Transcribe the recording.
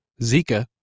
Zika